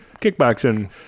kickboxing